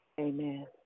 Amen